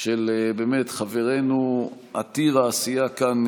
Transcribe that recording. של חברנו עתיר העשייה כאן,